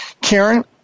Karen